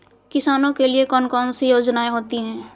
किसानों के लिए कौन कौन सी योजनायें होती हैं?